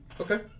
Okay